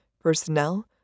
personnel